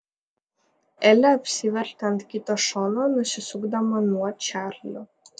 elė apsivertė ant kito šono nusisukdama nuo čarlio